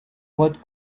what